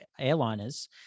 airliners